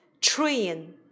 train